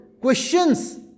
questions